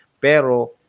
Pero